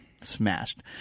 smashed